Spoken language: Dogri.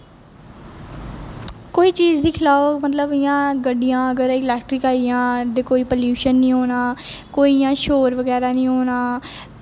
कोई चीज़ दिक्खी लैओ मतलब इ'यां गड्डियां अगर इलैक्ट्रिक आई गेइयां इं'दे च कोई प्लयूशन निं होना कोई इ'यां शोर बगैरा निं होना